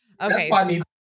Okay